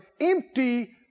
empty